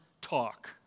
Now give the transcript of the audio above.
talk